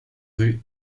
rues